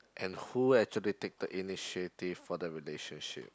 and who actually take the initiative for the relationship